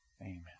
Amen